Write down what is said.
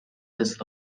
this